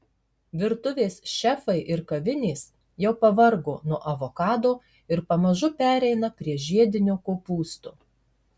virtuvės šefai ir kavinės jau pavargo nuo avokado ir pamažu pereina prie žiedinio kopūsto